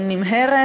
היא נמהרת,